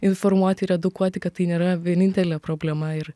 informuoti ir edukuoti kad tai nėra vienintelė problema ir